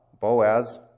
Boaz